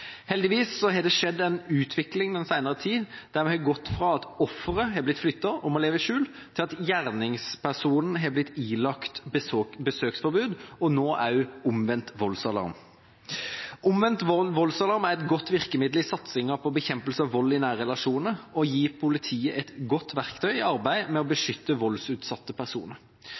Heldigvis har det skjedd en utvikling den senere tid, der man har gått fra at offeret har blitt flyttet og må leve i skjul, til at gjerningspersonen har blitt ilagt besøksforbud, og nå også omvendt voldsalarm. Omvendt voldsalarm er et godt virkemiddel i satsinga på bekjempelse av vold i nære relasjoner og gir politiet et godt verktøy i arbeidet med å